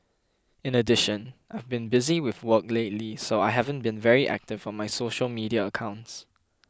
in addition I've been busy with work lately so I haven't been very active on my social media accounts